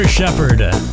Shepard